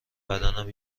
بدنم